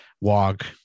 walk